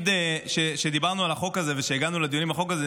תמיד כשדיברנו על החוק הזה וכשהגענו לדיונים בחוק הזה,